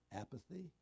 apathy